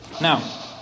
Now